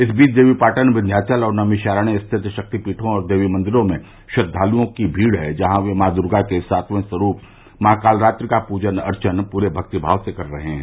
इस बीच देवीपाटन विन्ध्याचल और नैमिषारण्य स्थित शक्तिपीठों और देवी मंदिरों में श्रद्वालुओं की भीड़ है जहां ये माँ दुर्गा के सातवें स्वरूप माँ कात्ररात्रि का पूजन अर्चन पूरे मक्तिमाव से कर रहे हैं